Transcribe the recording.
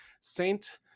saint